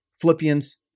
Philippians